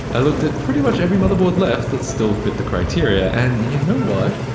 i looked at pretty much every motherboard left that still fit the criteria, and you know what?